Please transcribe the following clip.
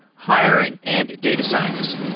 hiring and data science.